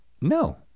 No